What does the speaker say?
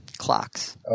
clocks